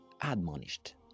admonished